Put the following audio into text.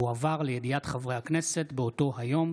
והועבר לידיעת חברי הכנסת באותו היום.